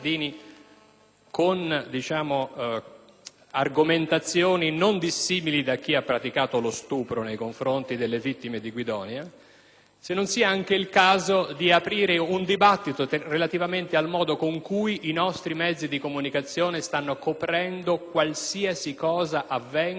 con argomentazioni non dissimili da chi ha praticato lo stupro nei confronti delle vittime di Guidonia, e se non sia anche il caso di avviare un dibattito relativamente al modo con cui i nostri mezzi di comunicazione stanno coprendo qualsiasi cosa avvenga o non avvenga